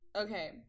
Okay